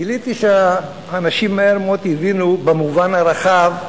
גיליתי שהאנשים מהר מאוד הבינו, במובן הרחב,